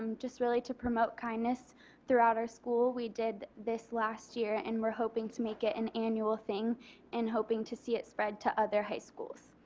um just really to promote kindness throughout our school. we did this last year and we are hoping to make it an annual thing and hoping to see it spread to other high schools.